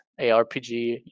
ARPG